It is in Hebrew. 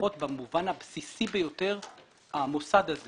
לפחות במובן הבסיסי ביותר, המוסד הזה